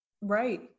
Right